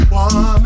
one